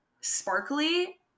sparkly